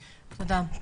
תודה.